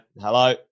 hello